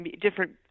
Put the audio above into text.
different